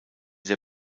der